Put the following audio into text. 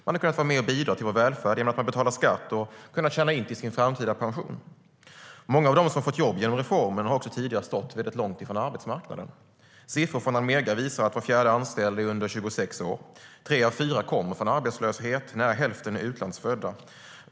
De har kunnat vara med och bidra till vår välfärd genom att betala skatt och kunnat tjäna in till sin framtida pension. Många av dem som genom reformen fått jobb har tidigare stått långt från arbetsmarknaden. Siffror från Almega visar att var fjärde anställd är under 26 år, tre av fyra kommer från arbetslöshet och nära hälften är utlandsfödda.